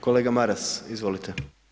Kolega Maras, izvolite.